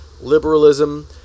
liberalism